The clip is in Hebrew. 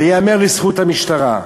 וייאמר לזכות המשטרה,